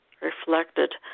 reflected